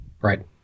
Right